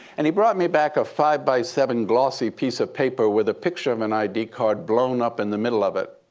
and he brought me back a five by seven glossy piece of paper with a picture of an id card blown up in the middle of it,